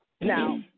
Now